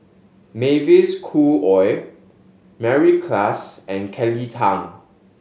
Mavis Khoo Oei Mary Klass and Kelly Tang